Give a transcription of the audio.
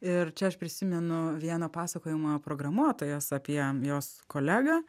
ir čia aš prisimenu vieną pasakojimą programuotojos apie jos kolegą